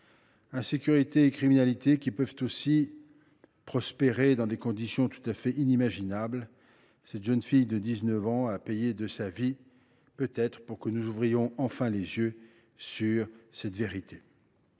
insécurité et criminalité qui peuvent, aussi, prospérer dans des conditions inimaginables. Cette jeune fille de 19 ans a peut être payé de sa vie pour que nous ouvrions enfin les yeux sur cette vérité.